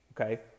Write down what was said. okay